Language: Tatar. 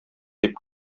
дип